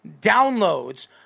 downloads